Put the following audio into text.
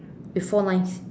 with four lines